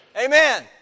Amen